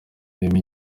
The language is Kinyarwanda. irimo